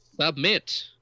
Submit